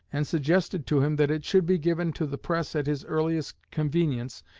and suggested to him that it should be given to the press at his earliest convenience,